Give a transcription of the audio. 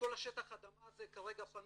כל שטח האדמה הזה כרגע פנוי,